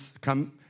come